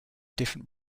different